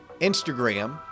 Instagram